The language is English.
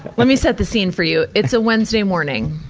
let me set the scene for you. it's a wednesday morning,